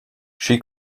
she